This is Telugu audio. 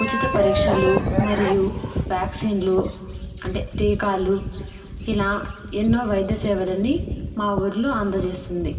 ఉచిత పరీక్షలు మరియు వ్యాక్సిన్లు అంటే టీకాలు ఇలా ఎన్నో వైద్య సేవలని మా ఊరిలో అందజేస్తుంది